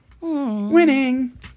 Winning